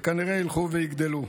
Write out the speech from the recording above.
וכנראה ילכו ויגדלו,